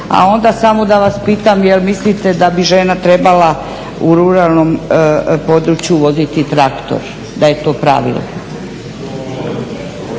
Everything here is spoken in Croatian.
a onda samo da vas pitam jel' mislite da bi žena trebala u ruralnom području voziti traktor, da je to pravilo.